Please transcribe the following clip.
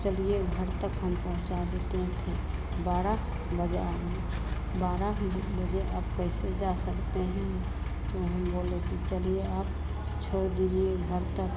चलिए घर तक हम पहुँचा देते थे बारह बजा है बारह बजे अब कैसे जा सकते हैं हम तो हम बोले कि चलिए आप छोड़ दीजिए घर तक